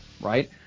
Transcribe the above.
right